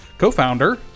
co-founder